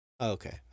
Okay